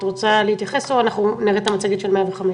את רוצה להתייחס עכשיו או אחרי שנראה את המצגת של 105?